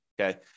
okay